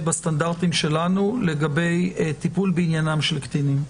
בסטנדרטים שלנו לגבי טיפול בעניינם של קטינים.